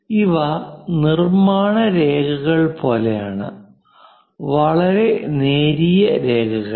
ഇവ നിർമ്മാണ രേഖകൾ പോലെയാണ് വളരെ നേരിയ രേഖകൾ